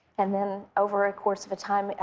and then over a course of a time,